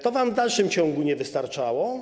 To wam w dalszym ciągu nie wystarczało.